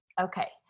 Okay